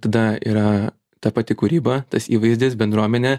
tada yra ta pati kūryba tas įvaizdis bendruomenė